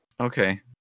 Okay